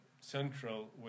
central